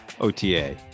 OTA